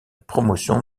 promotion